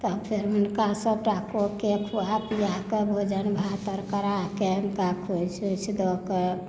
तऽ फेर हुनका सभटा कऽ कऽ खुआ पीयाकऽ भोजन भात आर कराकऽ हुनका खोईछ दऽ कऽ